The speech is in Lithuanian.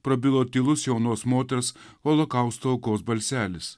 prabilo tylus jaunos moters holokausto aukos balselis